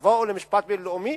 תבואו למשפט בין-לאומי